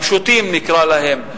הפשוטים נקרא להם,